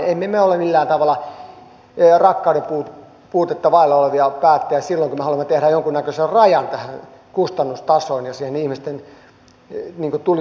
emme me ole millään tavalla rakkautta vailla olevia päättäjiä silloin kun me haluamme tehdä jonkunnäköisen rajan tähän kustannustasoon ja siihen ihmisten tulijoiden määrään